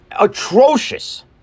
atrocious